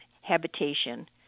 habitation